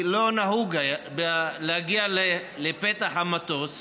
לא נהוג להגיע לפתח המטוס,